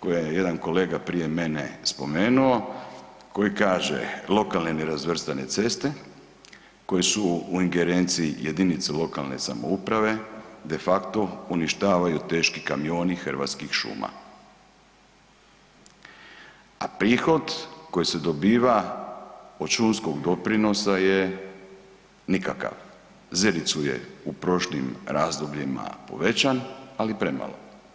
koje je jedan kolega prije mene spomenuo, koji kaže, lokalne nerazvrstane ceste koje su u ingerenciji JLS-a de facto uništavaju teški kamioni Hrvatskih šuma, a prihod koji se dobiva od šumskog doprinosa je nikakav zericu je u prošlim razdobljima povećan, ali premalo.